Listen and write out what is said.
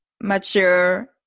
Mature